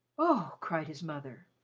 oh! cried his mother.